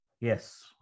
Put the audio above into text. Yes